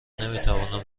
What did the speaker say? نمیتوانم